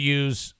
use